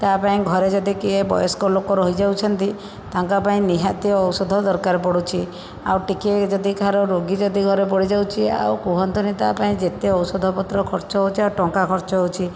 ତା ପାଇଁ ଘରେ ଯଦି କିଏ ବୟସ୍କ ଲୋକ ରହିଯାଉଛନ୍ତି ତାଙ୍କ ପାଇଁ ନିହାତି ଔଷଧ ଦରକାର ପଡ଼ୁଛି ଆଉ ଟିକେ ଯଦି କାହାର ରୋଗି ଯଦି ଘରେ ପଡ଼ିଯାଉଛି ଆଉ କୁହନ୍ତୁନି ତା ପାଇଁ ଯେତେ ଔଷଧ ପତ୍ର ଖର୍ଚ୍ଚ ହେଉଛି ଆଉ ଟଙ୍କା ଖର୍ଚ୍ଚ ହେଉଛି